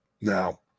Now